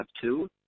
two